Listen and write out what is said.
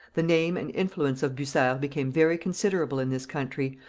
the name and influence of bucer became very considerable in this country,